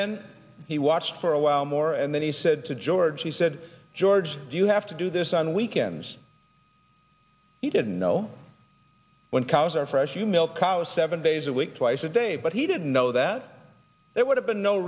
then he watched for a while more and then he said to george he said george do you have to do this on weekends he didn't know when cars are fresh you milk cows seven days a week twice a day but he didn't know that there would have been no